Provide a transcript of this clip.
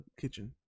Kitchen